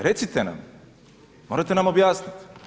Recite nam, morate nam objasniti.